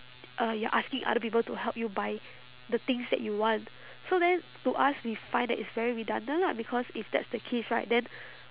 uh you're asking other people to help you buy the things that you want so then to us we find that it's very redundant lah because if that's the case right then